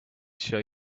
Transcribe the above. show